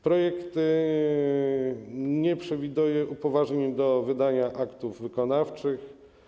Projekt nie przewiduje upoważnień do wydania aktów wykonawczych.